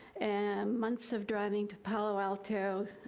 and months of driving to palo alto,